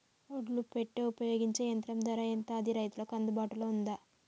ఒడ్లు పెట్టే ఉపయోగించే యంత్రం ధర ఎంత అది రైతులకు అందుబాటులో ఉందా?